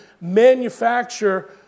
manufacture